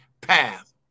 path